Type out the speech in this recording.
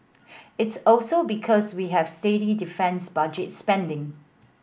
it's also because we have steady defence budget spending